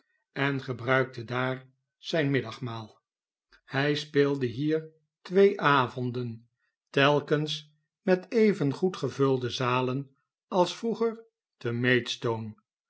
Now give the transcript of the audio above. en gebruikte daar zijn middagmaal hij speelde hier twee avonden telkens met de groote duivel evengoed gevulde zalen als vroeger te